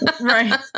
Right